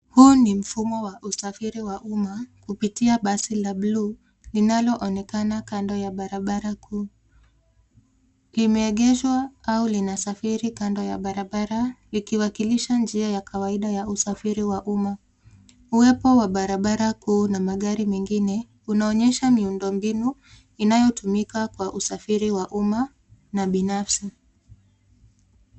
Huu ni mfumo wa usafiri wa umma kupitia basi la bluu linaloonekana kando ya barabara kuu. Imeegeshwa au linasafiri kando ya barabara ikiwakilisha njia ya kawaida ya usafiri wa umma. Uwepo wa barabara kuu na magari mengine unaonyesha miundo mbinu inayotumika kwa usafiri wa umma na binafsi.